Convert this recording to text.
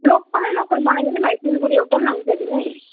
लोकलै लोकल बनाइदिनु नि भाइ सिलगढी एउटा पनि नमिसाइदिनु है